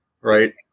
right